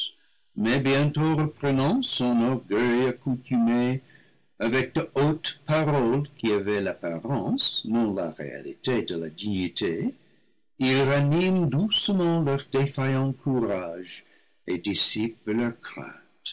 mais bientôt reprenant son orgueil accoutumé avec de hautes paroles qui avaient l'apparence non la réalité de la dignité il ranime doucement leur défaillant courage et dissipe leur crainte